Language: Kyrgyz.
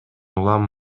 улам